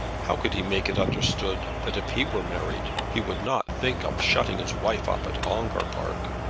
how could he make it understood that if he were married he would not think of shutting his wife up at ongar park?